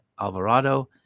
Alvarado